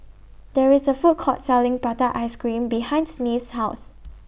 There IS A Food Court Selling Prata Ice Cream behind Smith's House